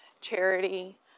charity